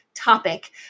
topic